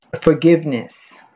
forgiveness